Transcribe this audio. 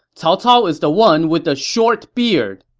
cao cao is the one with the short beard!